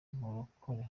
murokore